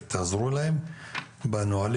תעזרו להם בנהלים,